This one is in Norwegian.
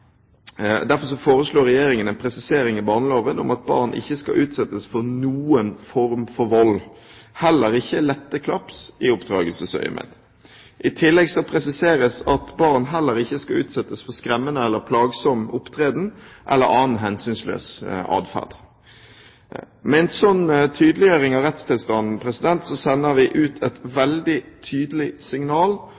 Derfor foreslår Regjeringen en presisering i barneloven om at barn ikke skal utsettes for noen form for vold, heller ikke lette klaps i oppdragelsesøyemed. I tillegg presiseres det at barn heller ikke skal utsettes for skremmende eller plagsom opptreden eller annen hensynsløs atferd. Med en sånn tydeliggjøring av rettstilstanden sender vi ut et